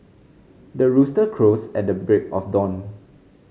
the rooster crows at the break of dawn